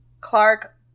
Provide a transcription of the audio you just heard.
Clark